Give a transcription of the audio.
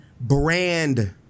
brand